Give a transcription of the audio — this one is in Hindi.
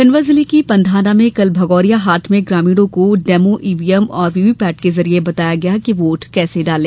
खंडवा जिले की पंधाना में कल भगौरिया हाट में ग्रामीणों को डेमो ईवीएम और वीवीपेट के जरिए बताया गया कि वो वोट कैसे डालें